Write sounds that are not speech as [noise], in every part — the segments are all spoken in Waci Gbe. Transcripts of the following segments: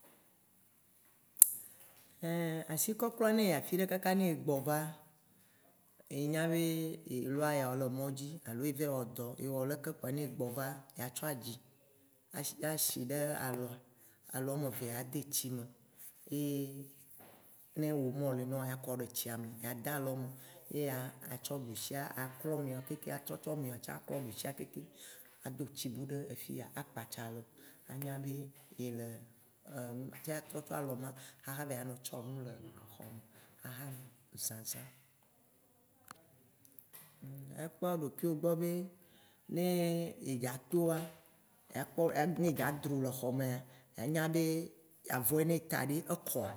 [hesitation] Asikɔklɔa, ne eyi afiɖe kaka ne egbɔva, enya be ye lɔ ayawo le mɔdzi, alo ye va yi wɔ dɔ alo ye wɔ leke kpoa ne egbɔ va, ya tsɔ aɖi asi ɖe alɔ, alɔ amevea ya de tsi me ye ne omo le nɔwoa, ya kɔ ɖe tsia me ya da lɔ me ye ya tsɔ ɖusi aklɔ miɔ kekeŋ, atrɔ tsɔ miɔ aklɔ ɖusia kekeŋ. Ado tsi bu ɖe fiya akpatsa alɔ anya be yele [hesitation] ce atsɔ tsɔ alɔ ma axa ava hi nɔ tsɔ nu le xɔme axa nɔ zãzã. Ekpɔ ɖokuiwo gbɔ be ne yedza toa, [hesitation] ne edza dro le xɔmea, anya be, avɔ yi ne yeta ɖe, ekɔa,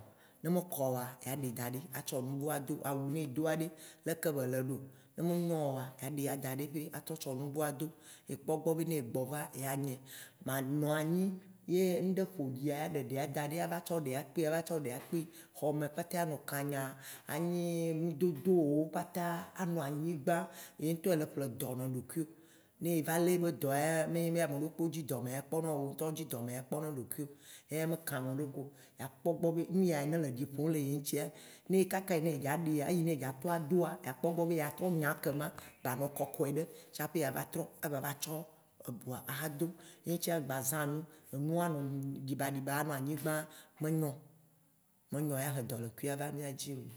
ne mekɔ oa, ya ɖe daɖe tsɔ bu. Awu ne edo aɖe, leke be le ɖo. Ne me nyo oa, ya ɖe adaɖe ƒe atrɔ tsɔ nubu ado. Ye kpɔ gbɔ be ne yegbɔ va, yeanyɛ. Ma nɔ anyi ye ŋɖe ƒoɖia, aɖe ɖe ada ɖi, ava tsɔ ɖe akpi ava tsɔ ɖe akpi, xɔwo me kpata lanɔ kãnyãa anyi ŋdodowo wo kpata lanɔ anyigbã, wò ŋtɔ ele ƒle dɔ ne ɖokuiwo. Ne eva le yibe dɔ ya, me ameɖekpo ye dzi dɔ ma ya kpɔ ne wò, wò ŋtɔ ye dzi dɔ ma kpɔ ne ɖokuiwò eya me kã ameɖekpe o. Yea kpɔ gbɔ be nu ya yi ne le ɖi fom le ye ŋtia, ne kaka yi ne yi dza ɖea, eyi ne yi dza trɔ adoa, ya kpɔ gbɔ be yea trɔ nya kema ba nɔ kɔkɔe ɖe tsaƒe yea gba va tsɔ ebu axa do. Ye ŋtia, ŋgba zã nu, enu anɔ digba digba anɔ anyigbã, menyo, meyno yahe dɔlekui ava mìa dzi loo.